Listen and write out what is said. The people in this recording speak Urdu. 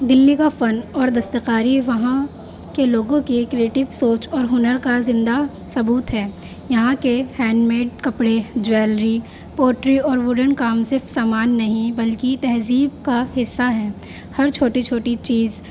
دلی کا فن اور دستکاری وہاں کے لوگوں کی کریئٹو سوچ اور ہنر کا زندہ ثبوت ہے یہاں کے ہینڈ میڈ کپڑے جویلری پوٹری اور ووڈن کام صرف سامان نہیں بلکہ تہذیب کا حصہ ہے ہر چھوٹی چھوٹی چیز